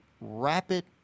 rapid